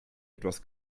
etwas